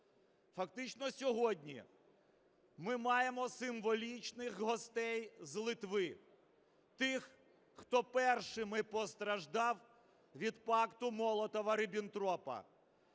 Фактично сьогодні ми маємо символічних гостей з Литви - тих, хто першими постраждав від пакту Молотова-Ріббентропа,